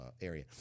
area